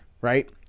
right